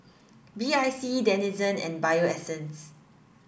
B I C Denizen and Bio Essence